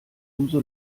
umso